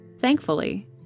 Thankfully